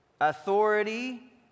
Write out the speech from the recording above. authority